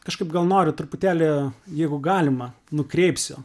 kažkaip gal noriu truputėlį jeigu galima nukreipsiu